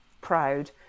proud